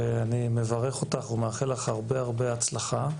ואני מברך אותך ומאחל לך הרבה הרבה הצלחה.